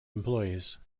employees